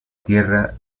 tierra